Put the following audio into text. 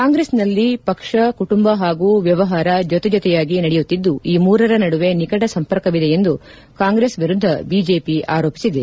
ಕಾಂಗ್ರೆಸ್ನಲ್ಲಿ ಪಕ್ಷ ಕುಟುಂಬ ಹಾಗೂ ವ್ಯವಹಾರ ಜೊತೆ ಜೊತೆಯಾಗಿ ನಡೆಯುತ್ತಿದ್ದು ಈ ಮೂರರ ನಡುವೆ ನಿಕಟ ಸಂಪರ್ಕವಿದೆ ಎಂದು ಕಾಂಗ್ರೆಸ್ ವಿರುದ್ದ ಬಿಜೆಪಿ ಆರೋಪಿಸಿದೆ